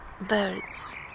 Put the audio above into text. birds